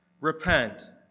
Repent